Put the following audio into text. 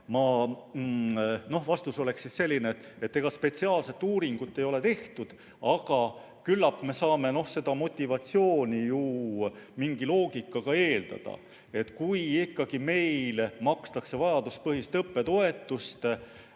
Vastus oleks see, et ega spetsiaalset uuringut ei ole tehtud, aga küllap me saame seda motivatsiooni ju mingi loogikaga eeldada. Kui ikkagi meil makstakse vajaduspõhist õppetoetust,